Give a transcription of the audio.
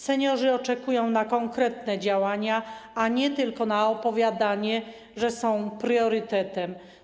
Seniorzy oczekują na konkretne działania, a nie tylko na opowiadanie, że są priorytetem.